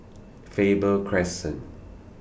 Faber Crescent